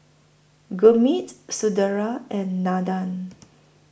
Gurmeet Sunderlal and Nandan